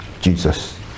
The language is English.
Jesus